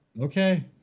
Okay